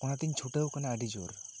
ᱚᱱᱟᱛᱮᱧ ᱪᱷᱩᱴᱟᱹᱣ ᱟᱠᱟᱱᱟ ᱟᱹᱰᱤ ᱡᱳᱨ